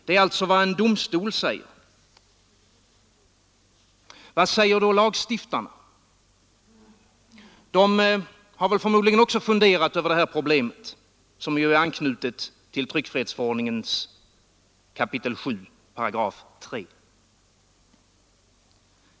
Det är alltså vad en domstol säger. Vad säger då lagstiftarna? De har förmodligen också funderat över det här problemet, som ju är anknutet till tryckfrihetsförordningens 7 kap. 3§.